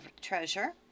treasure